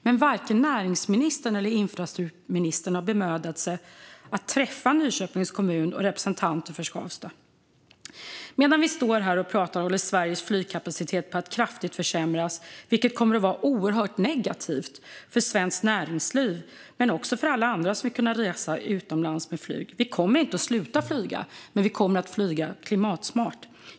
Men varken näringsministern eller infrastrukturministern har bemödat sig att träffa Nyköpings kommun och representanter för Skavsta. Medan vi står här och pratar håller Sveriges flygkapacitet på att kraftigt försämras, vilket kommer att vara oerhört negativt för svenskt näringsliv men också för alla andra som vill kunna resa utomlands med flyg. Vi kommer inte att sluta flyga, men vi kommer att flyga klimatsmart.